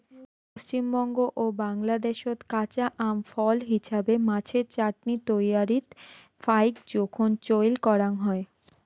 পশ্চিমবঙ্গ ও বাংলাদ্যাশত কাঁচা আম ফল হিছাবে, মাছের চাটনি তৈয়ারীত ফাইক জোখন চইল করাং হই